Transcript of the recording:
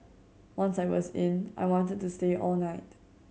once I was in I wanted to stay all night